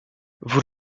vous